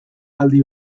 aldi